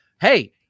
hey